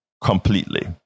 completely